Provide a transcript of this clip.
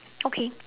okay